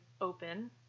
open